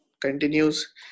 continues